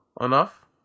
enough